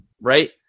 right